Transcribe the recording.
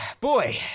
boy